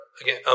again